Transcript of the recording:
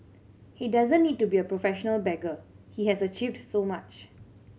he doesn't need to be a professional beggar he has achieved so much